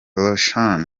roshan